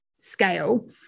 scale